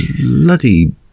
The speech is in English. bloody